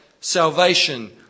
salvation